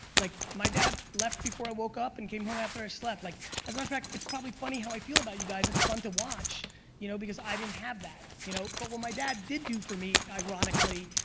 like my dad left before i woke up and came home after i slept, like as a matter fact it's probably funny how i feel about you guys it's fun to watch you know because i didn't have that, you know? but what my dad did do for me, ironically,